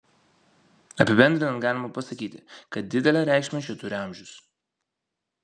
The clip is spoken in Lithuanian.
apibendrinant galima pasakyti kad didelę reikšmę čia turi amžius